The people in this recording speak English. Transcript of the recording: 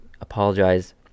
apologize